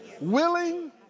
Willing